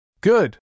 Good